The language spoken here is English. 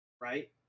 right